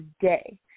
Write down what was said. day